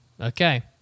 Okay